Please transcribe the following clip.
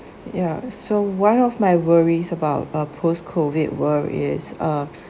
ya so one of my worries about uh post COVID world is uh